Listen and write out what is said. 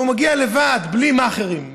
והוא מגיע לבד בלי מאכערים,